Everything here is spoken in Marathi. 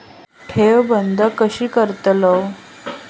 ठेव बंद कशी करतलव?